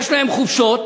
יש להם חופשות,